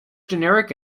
generic